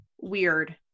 weird